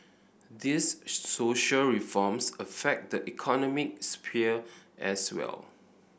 these social reforms affect the economic sphere as well